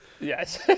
yes